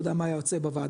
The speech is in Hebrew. לא יודע מה היה יוצא בוועדה,